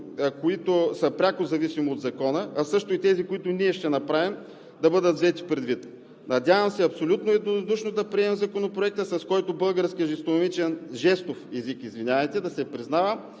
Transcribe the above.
които са пряко зависими от Закона, а също и тези, които ние ще направим, да бъдат взети предвид. Надявам се абсолютно единодушно да приемем Законопроекта, с който българският жестов език да се признава